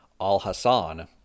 al-Hassan